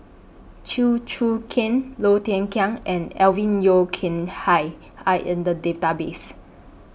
Chew Choo Keng Low Thia Khiang and Alvin Yeo Khirn Hai Are in The Database